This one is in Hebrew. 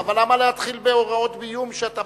אבל למה להתחיל בהוראות בימוי כשאתה